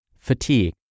fatigue